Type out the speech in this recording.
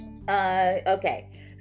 Okay